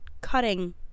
cutting